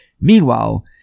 Meanwhile